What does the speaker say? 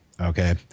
Okay